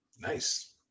Nice